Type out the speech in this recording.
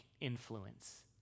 influence